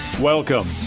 Welcome